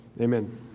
amen